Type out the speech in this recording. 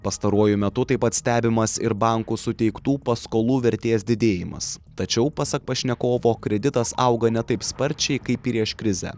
pastaruoju metu taip pat stebimas ir bankų suteiktų paskolų vertės didėjimas tačiau pasak pašnekovo kreditas auga ne taip sparčiai kaip prieš krizę